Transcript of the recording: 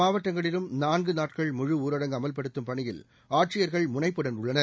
மாவட்டங்களிலும் நான்கு நாட்கள் முழு ஊரடங்கு அமல்படுத்தும் பணியில் ஆட்சியர்கள் முனைப்புடன் உள்ளனர்